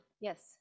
Yes